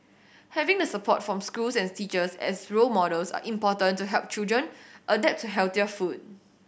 having the support from schools and teachers as role models are important to help children adapt to healthier food